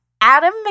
Adam